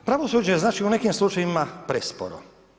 Pravosuđe je znači u nekim slučajevima presporo.